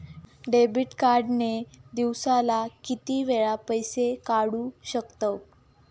Debit card ने दिवसाला किती वेळा पैसे काढू शकतव?